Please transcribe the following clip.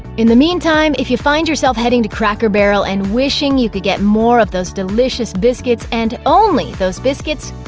in the meantime, if you find yourself heading to cracker barrel and wishing you could get more of those delicious biscuits and only those biscuits,